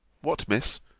what, miss,